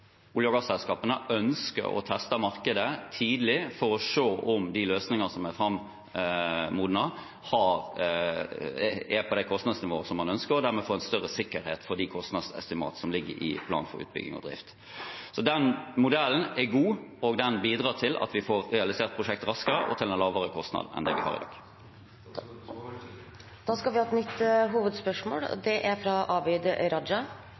olje- og gasselskapene ønsker å teste markedet tidlig for å se om de løsningene som er modnet, er på det kostnadsnivået som man ønsker, og dermed få en større sikkerhet for de kostnadsestimat som ligger i plan for utbygging og drift. Den modellen er god, og den bidrar til at vi får realisert prosjekt raskere og til en lavere kostnad enn vi gjør i dag. Statsråden svarer ikke. Vi går til neste hovedspørsmål.